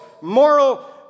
moral